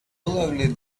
lovely